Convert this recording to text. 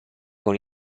con